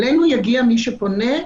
אלינו יגיע מי שפונה,